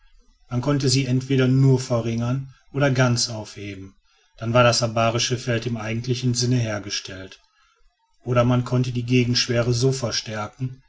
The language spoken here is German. man konnte sie entweder nur verringern oder ganz aufheben dann war das abarische feld im eigentlichen sinne hergestellt oder man konnte die gegenschwerkraft so verstärken